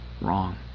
wrong